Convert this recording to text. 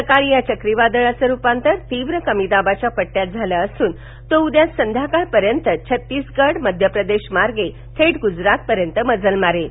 सकाळी या चक्रीवादळाचं रुपांतर तीव्र कमीदाबाच्या पट्टयात झालं असून तो उद्या संध्याकाळपर्यंत छत्तिगड मध्यप्रदेश मार्गे थेट गुजरात पर्यंत मजल मारेल